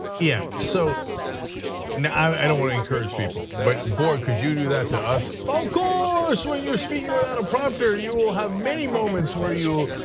yeah, so i don't want to encourage people, but boy could you do that to us. of course, when you're speaking without a prompter, you will have many moments where you.